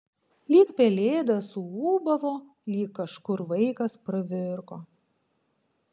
lyg pelėda suūbavo lyg kažkur vaikas pravirko